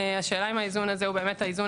השאלה היא אם האיזון הזה הוא באמת האיזון